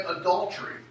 adultery